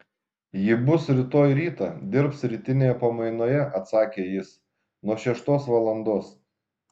ji bus rytoj rytą dirbs rytinėje pamainoje atsakė jis nuo šeštos valandos